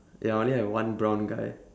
ya I only have one brown guy